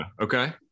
Okay